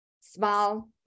smile